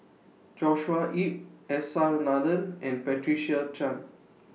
Joshua Ip S R Nathan and Patricia Chan